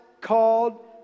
called